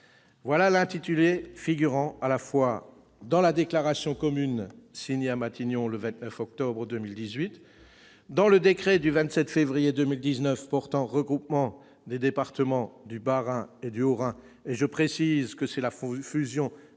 voilà l'intitulé figurant à la fois dans la déclaration commune signée à Matignon le 29 octobre 2018, dans le décret du 27 février 2019 portant regroupement des départements du Bas-Rhin et du Haut-Rhin- je précise que c'est la fusion des